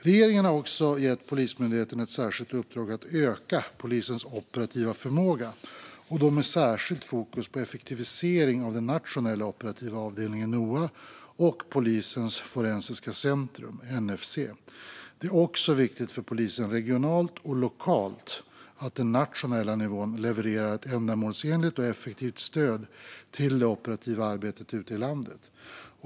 Regeringen har också gett Polismyndigheten ett särskilt uppdrag att öka polisens operativa förmåga med särskilt fokus på effektivisering av den nationella operativa avdelningen, Noa, och polisens forensiska centrum, NFC. Det är också viktigt för polisen regionalt och lokalt att den nationella nivån levererar ett ändamålsenligt och effektivt stöd till det operativa arbetet ute i landet.